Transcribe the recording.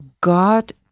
god